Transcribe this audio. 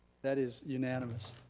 that is unanimous.